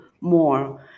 more